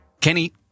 Kenny